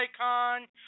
icon